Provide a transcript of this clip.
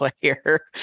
player